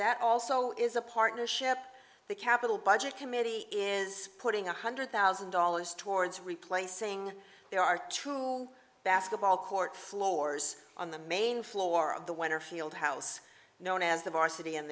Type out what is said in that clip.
that also is a partnership the capital budget committee is putting one hundred thousand dollars towards replacing there are true basketball court floors on the main floor of the winter field house known as the varsity